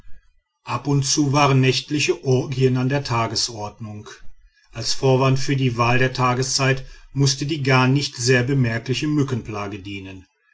ab und zu waren nächtliche orgien an der tagesordnung als vorwand für die wahl der tageszeit mußte die gar nicht sehr bemerkliche mückenplage dienen